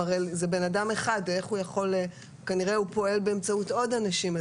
אדם אחד וכנראה הוא פועל באמצעות עוד אנשים.